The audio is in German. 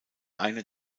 einer